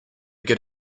good